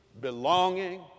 belonging